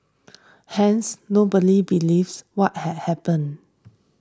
hence nobody believes what had happened